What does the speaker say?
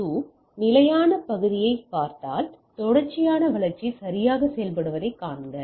802 நிலையான பகுதியைப் பார்த்தால் தொடர்ச்சியான வளர்ச்சி சரியாக செயல்படுவதைக் காண்க